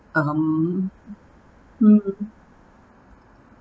um mm